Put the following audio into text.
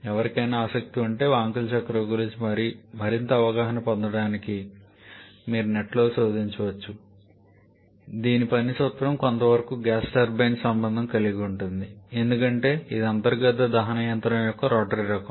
ఎవరికైనా ఆసక్తి ఉంటే వాంకెల్ చక్రం గురించి మరింత అవగాహన పొందడానికి మీరు నెట్లో శోధించవచ్చు దీని పని సూత్రం కొంతవరకు గ్యాస్ టర్బైన్తో సంబంధం కలిగి ఉంటుంది ఎందుకంటే ఇది అంతర్గత దహన యంత్రం యొక్క రోటరీ రకం